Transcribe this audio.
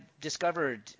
discovered